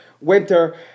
winter